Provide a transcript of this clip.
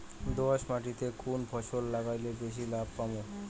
দোয়াস মাটিতে কুন ফসল লাগাইলে বেশি লাভ পামু?